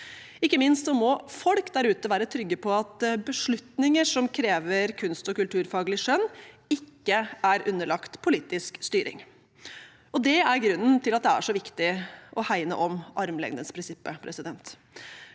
Ikke minst må folk der ute være trygge på at beslutninger som krever kunst- og kulturfaglig skjønn, ikke er underlagt politisk styring. Det er grunnen til at det er så viktig å hegne om armlengdesprinsippet. Jeg